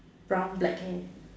brown black hair